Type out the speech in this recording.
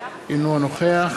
אינו נוכח